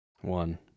One